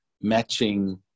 matching